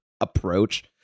approach